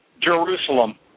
Jerusalem